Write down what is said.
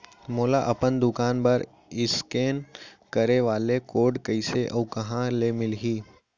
मोला अपन दुकान बर इसकेन करे वाले कोड कइसे अऊ कहाँ ले मिलही?